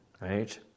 right